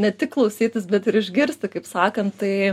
ne tik klausytis bet ir išgirsti kaip sakant tai